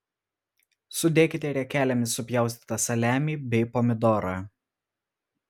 sudėkite riekelėmis supjaustytą saliamį bei pomidorą